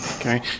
Okay